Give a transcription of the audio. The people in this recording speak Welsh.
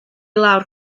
lawr